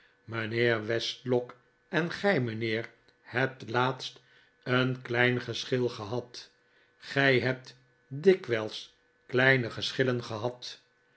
mijnheer westlock en gij mijnheer hebt laatst een klein geschil gehad gij hebt dikwijls kleine geschillen gehad